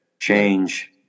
change